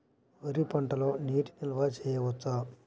వరి పంటలో నీటి నిల్వ చేయవచ్చా?